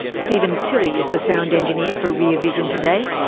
stephen tilly is the sound engineer for rear vision today.